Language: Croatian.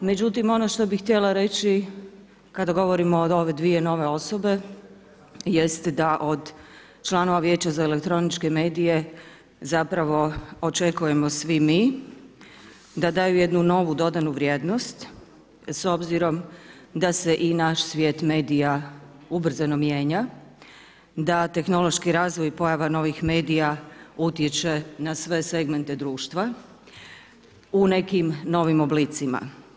Međutim ono što bih htjela reći kada govorimo o ove dvije nove osobe jeste da od članova Vijeća za elektroničke medije zapravo očekujemo svi mi da daju jednu novu dodanu vrijednost s obzirom da se i naš svijet medija ubrzano mijenja, da tehnološki razvoj i pojava novih medija utječe na sve segmente društva u nekim novim oblicima.